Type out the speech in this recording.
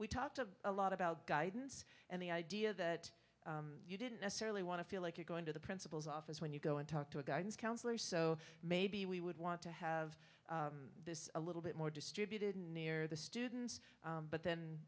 we talked a lot about guidance and the idea that you didn't necessarily want to feel like you're going to the principal's office when you go and talk to a guidance counselor so maybe we would want to have this a little bit more distributed near the students but then